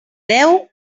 deu